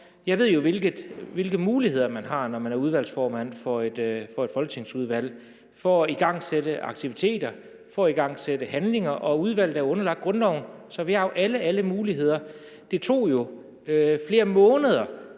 Jeg ved jo, hvilke muligheder man har, når man er udvalgsformand for et folketingsudvalg, for at igangsætte aktiviteter og for at igangsætte handlinger. Udvalget er underlagt grundloven, så vi har jo alle muligheder. Det tog f.eks. flere måneder